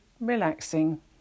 relaxing